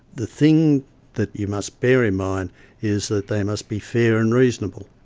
the thing that you must bear in mind is that they must be fair and reasonable.